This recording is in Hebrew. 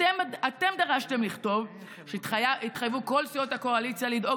אתם דרשתם לכתוב שיתחייבו כל סיעות הקואליציה לדאוג